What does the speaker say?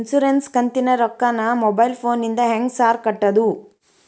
Insurance ಕಂತಿನ ರೊಕ್ಕನಾ mobile ಫೋನಿಂದ ಹೆಂಗ್ ಸಾರ್ ಕಟ್ಟದು?